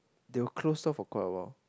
they were close off for quite a while